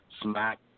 Smack